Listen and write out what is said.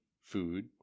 food